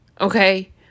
Okay